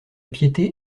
piété